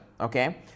okay